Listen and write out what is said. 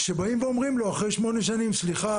שבאים ואומרים לו אחרי שמונה שנים 'סליחה,